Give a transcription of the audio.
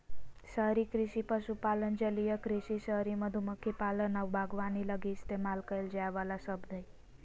शहरी कृषि पशुपालन, जलीय कृषि, शहरी मधुमक्खी पालन आऊ बागवानी लगी इस्तेमाल कईल जाइ वाला शब्द हइ